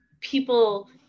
people